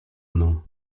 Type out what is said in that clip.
mną